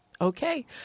Okay